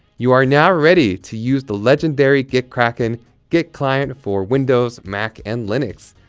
you are now ready to use the legendary gitkraken git client for windows, mac, and linux.